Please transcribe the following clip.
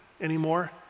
anymore